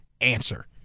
answer